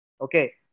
Okay